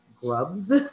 grubs